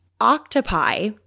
octopi